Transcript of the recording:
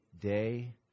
day